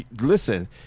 Listen